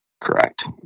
Correct